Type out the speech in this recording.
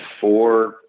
four